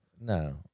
No